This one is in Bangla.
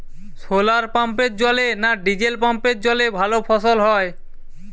শোলার পাম্পের জলে না ডিজেল পাম্পের জলে ভালো ফসল হয়?